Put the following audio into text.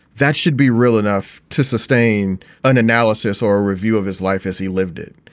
that should be real enough to sustain an analysis or a review of his life as he lived it.